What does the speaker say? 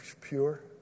pure